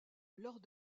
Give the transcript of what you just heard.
lors